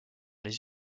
les